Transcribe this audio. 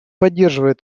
поддерживает